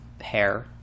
hair